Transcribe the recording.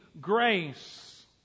grace